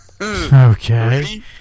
Okay